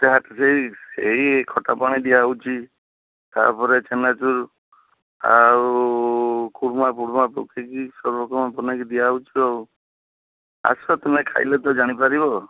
ଚାଟ୍ ସେଇ ସେଇ ଖଟାପାଣି ଦିଆହଉଛି ତା'ପରେ ଚେନାଚୁରୁ ଆଉ ଖୁଡ଼ୁମା ଫୁଡ଼ୁମା ପକେଇକି ସବୁ ରକମ ବନେଇକି ଦିଆହଉଛି ଆଉ ଆସ ତୁମେ ଖାଇଲେ ତ ଜାଣିପାରିବ